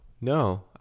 No